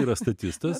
yra statistas